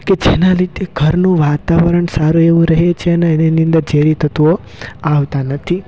કે જેના લીધે ઘરનું વાતાવરણ સારું એવું રહે છે અને એની અંદર ઝેરી તત્ત્વો આવતા નથી